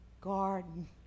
garden